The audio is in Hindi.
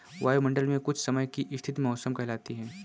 वायुमंडल मे कुछ समय की स्थिति मौसम कहलाती है